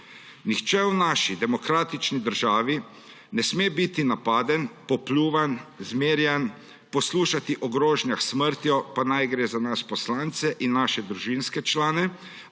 Nihče v naši demokratični državi ne sme biti napaden, popljuvan, zmerjan, poslušati o grožnjah s smrtjo, pa naj gre za nas poslance in naše družinske člane